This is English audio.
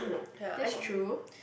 ya I